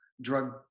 drug